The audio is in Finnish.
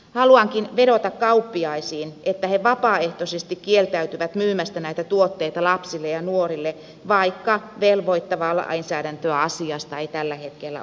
haluankin vedota kauppiaisiin että he vapaaehtoisesti kieltäytyvät myymästä näitä tuotteita lapsille ja nuorille vaikka velvoittavaa lainsäädäntöä asiasta ei tällä hetkellä olekaan